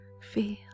Feel